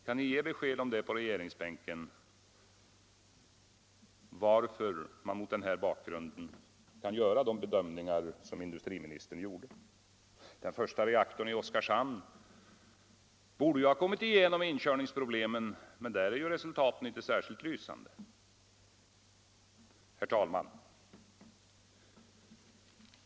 Kan ni från regeringsbänken ge besked varför industriministern mot den bakgrunden kunde göra de bedömningar han gjorde? Den första reaktorn i Oskarshamn borde ha kommit igenom inkörningsproblemen, men där är ju resultatet inte särskilt lysande. Herr talman!